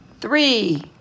Three